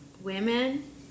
women